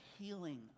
healing